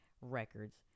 records